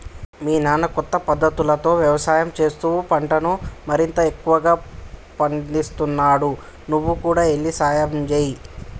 మీ నాన్న కొత్త పద్ధతులతో యవసాయం చేస్తూ పంటను మరింత ఎక్కువగా పందిస్తున్నాడు నువ్వు కూడా ఎల్లి సహాయంచేయి